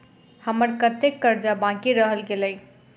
हम्मर कत्तेक कर्जा बाकी रहल गेलइ?